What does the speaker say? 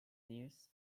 news